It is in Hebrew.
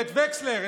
ואת וקסלר,